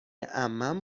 عمم